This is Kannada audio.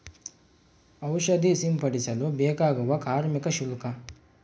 ಔಷಧಿ ಸಿಂಪಡಿಸಲು ಬೇಕಾಗುವ ಕಾರ್ಮಿಕ ಶುಲ್ಕ?